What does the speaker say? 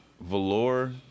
velour